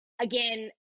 again